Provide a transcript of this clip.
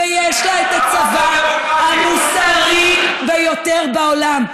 ויש לה הצבא המוסרי ביותר בעולם.